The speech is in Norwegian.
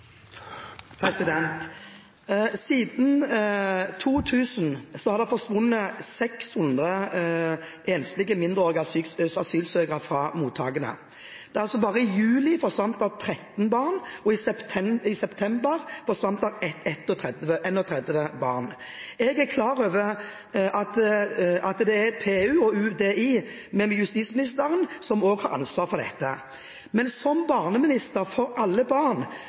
mottakene. Bare i juli forsvant det 13 barn, og i september forsvant det 31 barn. Jeg er klar over at det er PU og UDI ved justisministeren som har ansvaret for dette, men som barneminister for alle barn